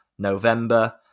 November